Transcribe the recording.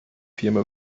firma